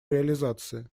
реализации